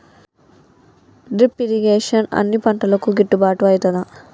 Drip irrigation అన్ని పంటలకు గిట్టుబాటు ఐతదా?